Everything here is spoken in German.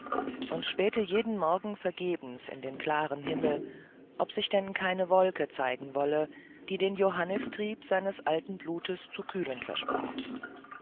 und spähte jeden morgen vergebens in den klaren himmel ob sich denn keine wolke zeigen wolle die den johannistrieb seines alten blutes zu kühlen versprach